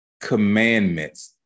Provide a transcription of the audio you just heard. commandments